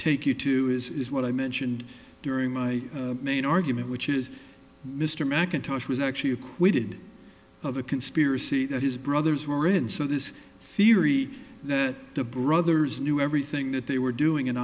take you to is what i mentioned during my main argument which is mr mackintosh was actually acquitted of a conspiracy that his brothers were in so this theory that the brothers knew everything that they were doing and